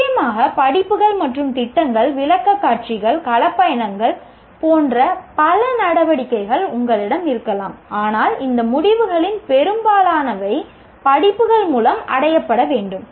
நிச்சயமாக படிப்புகள் மற்றும் திட்டங்கள் விளக்கக்காட்சிகள் களப் பயணங்கள் போன்ற பல நடவடிக்கைகள் உங்களிடம் இருக்கலாம் ஆனால் இந்த முடிவுகளில் பெரும்பாலானவை படிப்புகள் மூலம் அடையப்பட வேண்டும்